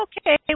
okay